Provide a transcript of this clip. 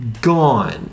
gone